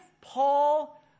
Paul